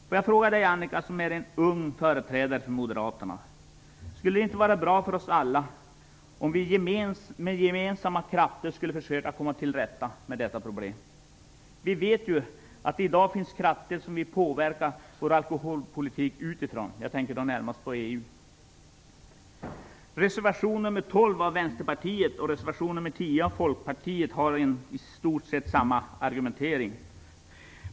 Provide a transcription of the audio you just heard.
Jag vill fråga Annika Jonsell, som är en ung företrädare för Moderaterna: Skulle det inte vara bra för oss alla om vi med gemensamma krafter försökte komma till rätta med detta problem? Vi vet ju att det i dag finns krafter som vill påverka vår alkoholpolitik utifrån - jag tänker då närmast på EU. Reservation nr 12 av Vänsterpartiet och reservation nr 10 av Folkpartiet har i stort sett samma argumentering.